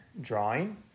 drawing